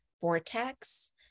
Vortex